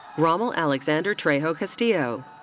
rommel alexander trejo castillo.